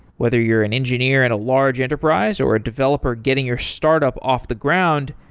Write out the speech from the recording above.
whether you're an engineer at a large enterprise, or a developer getting your startup off the ground,